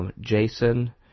Jason